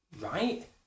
right